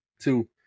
two